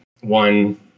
one